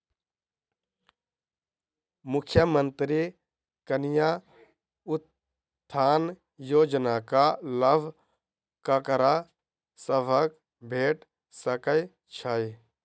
मुख्यमंत्री कन्या उत्थान योजना कऽ लाभ ककरा सभक भेट सकय छई?